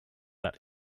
that